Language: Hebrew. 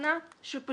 בסדר, אז נדבר.